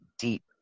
deep